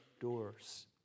doors